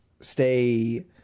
stay